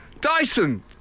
Dyson